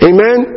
Amen